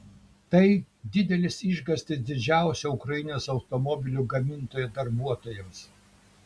tai didelis išgąstis didžiausio ukrainos automobilių gamintojo darbuotojams